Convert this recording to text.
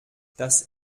das